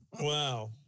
Wow